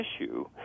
issue